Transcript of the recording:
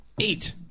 Eight